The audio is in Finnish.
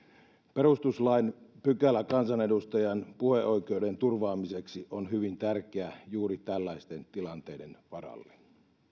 perustuslain pykälä kansanedustajan puheoikeuden turvaamiseksi on hyvin tärkeä juuri tällaisten tilanteiden varalle